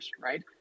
Right